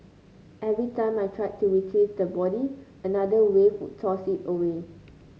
every time I tried to retrieve the body another wave would toss it away